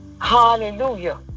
Hallelujah